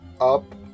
up